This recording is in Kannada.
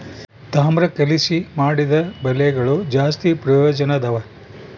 ತಾಮ್ರ ಕಲಿಸಿ ಮಾಡಿದ ಬಲೆಗಳು ಜಾಸ್ತಿ ಪ್ರಯೋಜನದವ